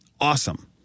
awesome